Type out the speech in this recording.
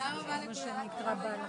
סדר היום יהיה כלהלן.